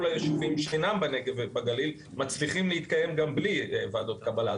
כל היישובים שאינם בנגב ובגליל מצליחים להתקיים גם בלי ועדות קבלה.